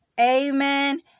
Amen